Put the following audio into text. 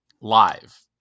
live